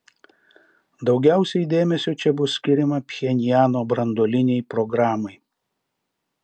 daugiausiai dėmesio čia bus skiriama pchenjano branduolinei programai